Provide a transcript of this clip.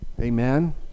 Amen